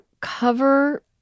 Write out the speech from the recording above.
cover